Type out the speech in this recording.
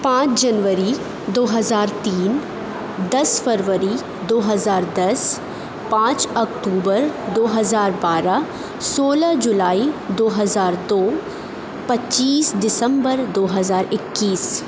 پانچ جنوری دو ہزار تین دس فروری دو ہزار دس پانچ اکتوبر دو ہزار بارہ سولہ جولائی دو ہزار دو پچیس دسمبر دو ہزار اکیس